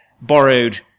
borrowed